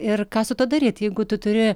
ir ką su tuo daryt jeigu tu turi